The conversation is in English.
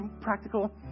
practical